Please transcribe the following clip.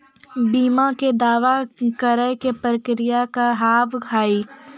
बीमा के दावा करे के प्रक्रिया का हाव हई?